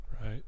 Right